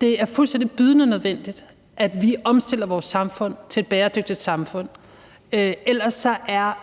Det er fuldstændig bydende nødvendigt, at vi omstiller vores samfund til et bæredygtigt samfund, for ellers